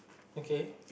okay